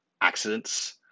accidents